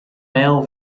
male